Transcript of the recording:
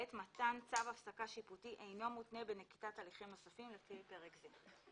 מתן צו הפסקה שיפוטי אינו מותנה בנקיטת הליכים נוספים לפי פרק זה.